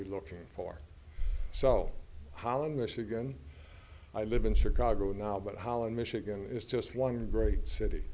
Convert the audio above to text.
be looking for so holland michigan i live in chicago now but holland michigan is just one great city